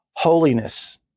Holiness